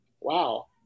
wow